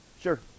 Sure